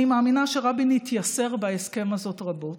אני מאמינה שרבין התייסר בהסכם הזה רבות.